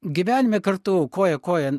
gyvenime kartu koja kojon